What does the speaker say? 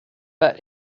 but